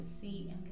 see